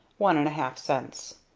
one and a-half cents.